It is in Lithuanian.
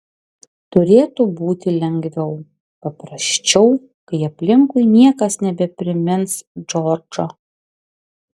turėtų būti lengviau paprasčiau kai aplinkui niekas nebeprimins džordžo